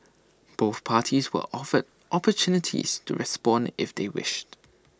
both parties were offered opportunities to respond if they wished